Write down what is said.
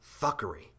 Fuckery